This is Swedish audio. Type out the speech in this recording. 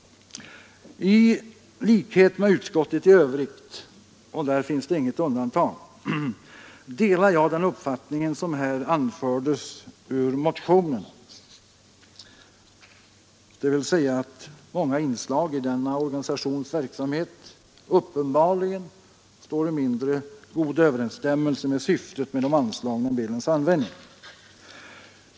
I likhet med utskottet i övrigt — det finns inget undantag — delar jag den uppfattning som här anförts ur motionerna, dvs. att många inslag i denna organisations verksamhet uppenbarligen står i mindre god överensstämmelse med syftet med de anslagna medlens användning.